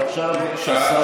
ועכשיו השר עונה.